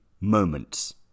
moments